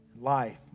life